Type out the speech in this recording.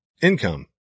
income